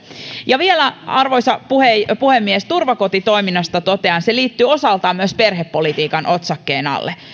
ja vielä arvoisa puhemies turvakotitoiminnasta totean se liittyy osaltaan myös perhepolitiikan otsakkeen alle